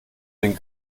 den